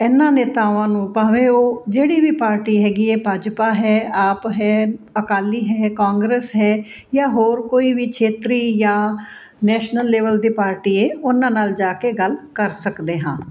ਇਹਨਾਂ ਨੇਤਾਵਾਂ ਨੂੰ ਭਾਵੇਂ ਉਹ ਜਿਹੜੀ ਵੀ ਪਾਰਟੀ ਹੈਗੀ ਹੈ ਭਾਜਪਾ ਹੈ ਆਪ ਹੈ ਅਕਾਲੀ ਹੈ ਕਾਂਗਰਸ ਹੈ ਜਾਂ ਹੋਰ ਕੋਈ ਵੀ ਛੇਤਰੀ ਜਾਂ ਨੈਸ਼ਨਲ ਲੈਵਲ ਦੀ ਪਾਰਟੀ ਹੈ ਉਹਨਾਂ ਨਾਲ ਜਾ ਕੇ ਗੱਲ ਕਰ ਸਕਦੇ ਹਾਂ